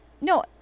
No